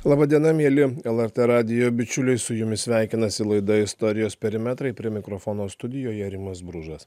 laba diena mieli lrt radijo bičiuliai su jumis sveikinasi laida istorijos perimetrai prie mikrofono studijoje rimas bružas